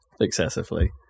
excessively